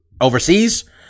overseas